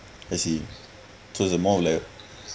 I see so it's more of like a